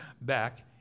back